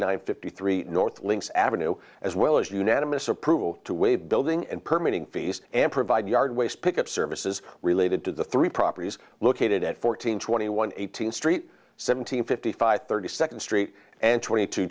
nine fifty three north lynx avenue as well as unanimous approval to waive building and permitting fees and provide yard waste pick up services related to the three properties located at fourteen twenty one eighteenth street seventeen fifty five thirty second street and twenty two